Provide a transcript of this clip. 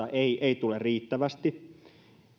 tästä epidemiasta ei tule riittävästi